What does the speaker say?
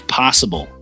possible